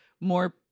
more